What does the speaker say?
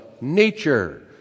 nature